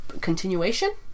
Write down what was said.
continuation